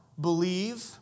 Believe